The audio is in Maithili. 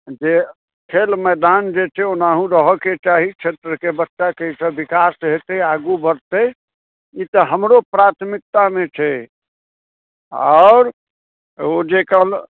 जे खेल मैदान जे छै ओनाहो रहयके चाही क्षेत्रके बच्चाकेँ एहिसँ विकास हेतै आगू बढ़तै ई तऽ हमरो प्राथमिकतामे छै आओर ओ जे कहलहुँ